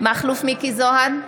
מכלוף מיקי זוהר,